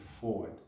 forward